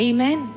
Amen